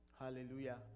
Hallelujah